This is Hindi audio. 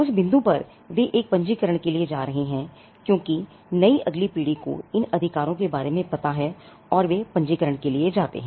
उस बिंदु पर वे एक पंजीकरण के लिए जा रहे हैं क्योंकि नई अगली पीढ़ी को इन अधिकारों के बारे में पता है और वे पंजीकरण के लिए जाते हैं